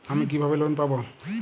আমি কিভাবে লোন পাব?